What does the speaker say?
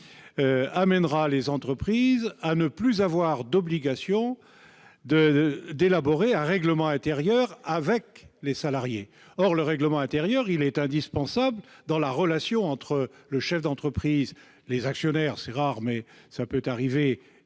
amènera les entreprises à ne plus avoir d'obligation d'élaborer un règlement intérieur avec les salariés. Or le règlement intérieur est indispensable dans la relation entre le chef d'entreprise, les actionnaires- c'est rare, mais cela peut arriver